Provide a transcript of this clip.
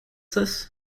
this